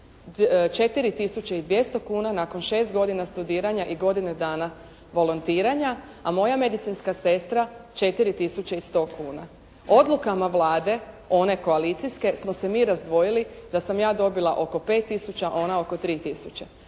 4.200,00 kuna, nakon 6 godina studiranja i godine dana volontiranja, a moja medicinska sestra 4.100,00 kuna. Odlukama Vlade one koalicijske smo se mi razdvojili, da sam ja dobila oko 5 tisuća, a ona oko 3